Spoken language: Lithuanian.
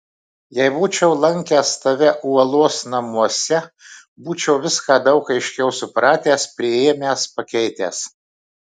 jei būčiau lankęs tave uolos namuose būčiau viską daug aiškiau supratęs priėmęs pakeitęs